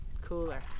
cooler